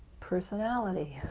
personality.